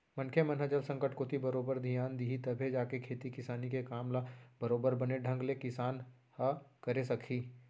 मनखे मन ह जल संकट कोती बरोबर धियान दिही तभे जाके खेती किसानी के काम ल बरोबर बने ढंग ले किसान ह करे सकही